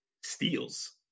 steals